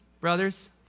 brothers